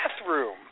bathroom